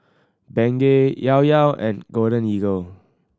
Bengay Llao Llao and Golden Eagle